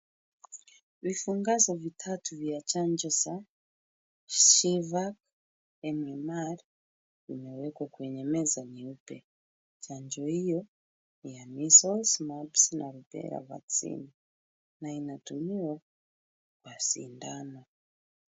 Vifungasha vitatu vya chanjo za fever MMR vimewekwa kwenye meza nyeupe. Chanjo hiyo ni ya measles, mumps na rubela vaccine na inatumiwa kwa sindano.